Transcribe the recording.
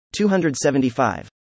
275